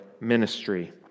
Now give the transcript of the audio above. ministry